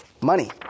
Money